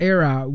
Era